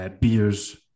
beers